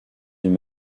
une